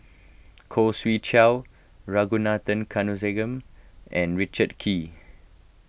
Khoo Swee Chiow Ragunathar and Richard Kee